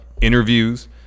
interviews